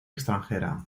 extranjera